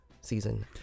season